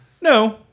No